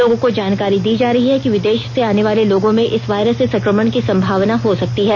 लोगों को जानकारी दी जा रही है कि विदेश से आने वाले लोगों में इस वायरस से संक्रमण की संभावना हो सकती है